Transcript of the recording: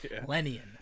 Millennium